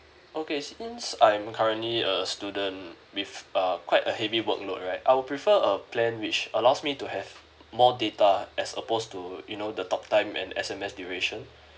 okay since I'm currently a student with uh quite a heavy workload right I will prefer a plan which allows me to have more data as opposed to you know the talk time and S_M_S duration